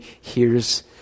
hears